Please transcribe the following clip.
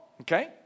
Okay